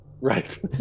Right